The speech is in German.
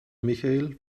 michail